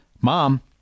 Mom